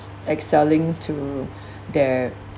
excelling to their